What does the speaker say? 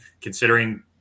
considering